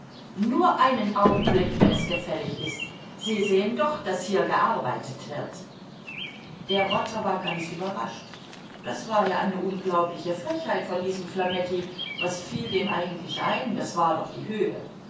nur einen augenblick wenn es gefällig ist sie seh'n doch daß hier gearbeitet wird der rotter war ganz überrascht das war ja eine unglaubliche frechheit von diesem flametti was fiel dem eigentlich ein das war doch die höhe